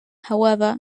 however